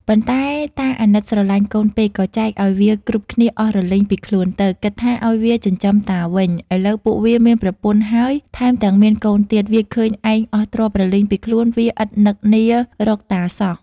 ប៉ុន្តែតាអាណិតស្រឡាញ់កូនពេកក៏ចែកឱ្យវាគ្រប់គ្នាអស់រលីងពីខ្លួនទៅ គិតថាឱ្យវាចិញ្ចឹមតាវិញ ឥឡូវពួកវាមានប្រពន្ធហើយថែមទាំងមានកូនទៀត វាឃើញឯងអស់ទ្រព្យរលីងពីខ្លួន វាឥតនឹកនារកតាសោះ។